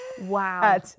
wow